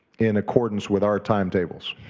in accordance with our timetables.